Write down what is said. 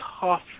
tough